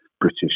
British